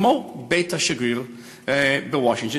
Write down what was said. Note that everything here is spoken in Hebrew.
כמו בית השגריר בוושינגטון,